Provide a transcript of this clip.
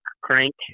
crank